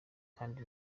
kandi